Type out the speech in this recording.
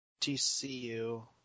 TCU